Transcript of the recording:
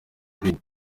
ibindi